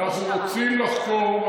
אנחנו רוצים לחקור,